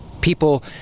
people